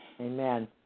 Amen